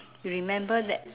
remember that